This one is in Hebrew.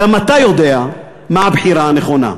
גם אתה יודע מה הבחירה הנכונה.